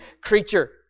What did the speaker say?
creature